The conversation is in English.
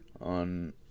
on